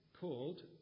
called